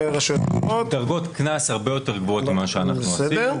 יש דרגות קנס הרבה יותר גבוהות ממה שאנחנו רוצים,